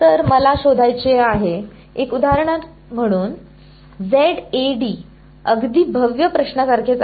तर मला शोधायचे आहेएक उदाहरण म्हणून अगदी भव्य प्रश्नासारखेच आहे